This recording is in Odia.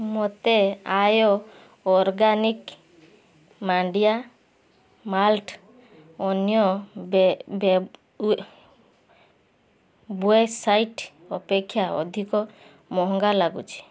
ମୋତେ ଆର୍ୟ ଅର୍ଗାନିକ ମାଣ୍ଡିଆ ମାଲ୍ଟ ଅନ୍ୟ ୱେସାଇଟ ଅପେକ୍ଷା ଅଧିକ ମହଙ୍ଗା ଲାଗୁଛି